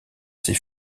ses